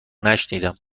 نشنیدم